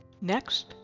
Next